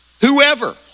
Whoever